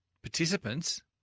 Participants